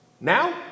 now